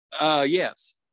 Yes